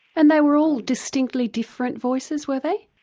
and they were all distinctly different voices were they?